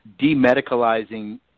demedicalizing